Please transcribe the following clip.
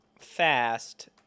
fast